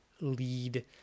lead